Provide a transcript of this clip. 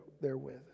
therewith